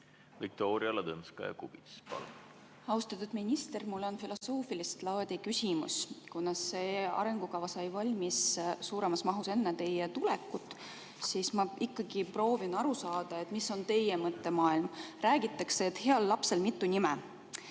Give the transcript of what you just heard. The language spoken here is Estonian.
Viktoria Ladõnskaja-Kubits, palun! Austatud minister! Mul on filosoofilist laadi küsimus. Kuna see arengukava sai suuremas mahus valmis enne teie tulekut, siis ma ikkagi proovin aru saada, milline on teie mõttemaailm. Räägitakse, et heal lapsel mitu nime.